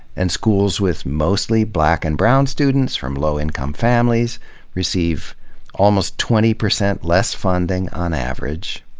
and schools with mostly black and brown students from low-income families receive almost twenty percent less funding on average,